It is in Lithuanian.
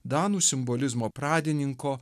danų simbolizmo pradininko